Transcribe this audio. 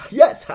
yes